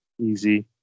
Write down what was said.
easy